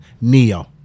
Neo